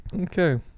Okay